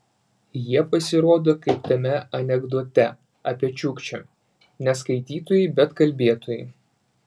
jie pasirodo kaip tame anekdote apie čiukčę ne skaitytojai bet kalbėtojai